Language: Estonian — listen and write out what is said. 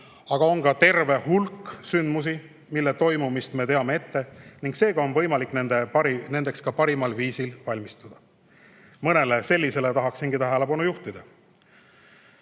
Aga on ka terve hulk sündmusi, mille toimumist me teame ette, ning seega on võimalik nendeks ka parimal viisil valmistuda. Mõnele sellisele tahaksingi tähelepanu juhtida. Üks